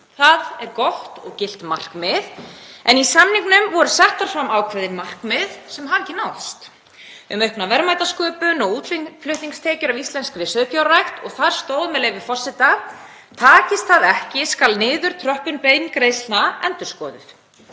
Það er gott og gilt markmið, en í samningnum voru sett fram ákveðin markmið sem hafa ekki náðst; um aukna verðmætasköpun og útflutningstekjur af íslenskri sauðfjárrækt. Þar stóð, með leyfi forseta: „Takist það ekki skal niðurtröppun beingreiðslna endurskoðuð.“